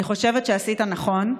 אני חושבת שעשית נכון.